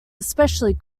especially